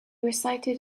recited